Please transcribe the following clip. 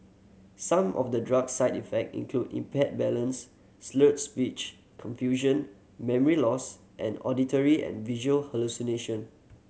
some of the drug side effect include impaired balance slurred speech confusion memory loss and auditory and visual hallucination